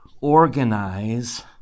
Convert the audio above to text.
organize